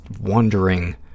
wondering